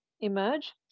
emerge